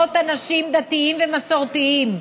לרבות אנשים דתיים ומסורתיים,